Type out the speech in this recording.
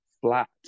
flat